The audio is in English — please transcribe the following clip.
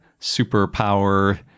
superpower